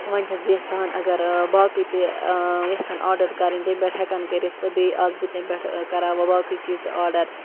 وۄنۍ چھَس بہٕ یژھان اگر باقٕے تہِ یَژھَن آرڈَر کَرٕنۍ تَمہِ پٮ۪ٹھ ہٮ۪کَن کٔرِتھ تہٕ بیٚیہِ آسہٕ بہٕ تَمہِ پٮ۪ٹھٕ کران بہٕ باقٕے چیٖز تہِ آرڈَر